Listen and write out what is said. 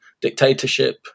dictatorship